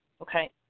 Okay